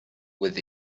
with